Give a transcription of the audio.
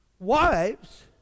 Wives